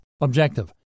Objective